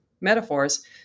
metaphors